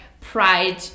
pride